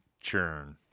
churn